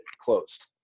closed